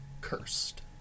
cursed